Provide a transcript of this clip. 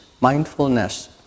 mindfulness